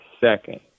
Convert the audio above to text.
second